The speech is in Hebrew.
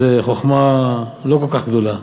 זו חוכמה לא כל כך גדולה.